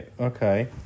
okay